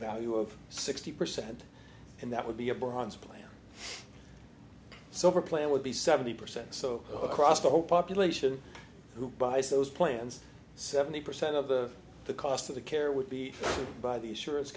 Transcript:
value of sixty percent and that would be a bronze plan so if a plan would be seventy percent so across the whole population who buys those plans seventy percent of the the cost of the care would be by the